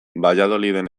valladoliden